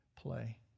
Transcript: play